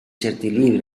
certi